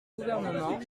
gouvernement